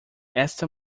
esta